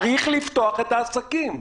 צריך לפתוח את העסקים.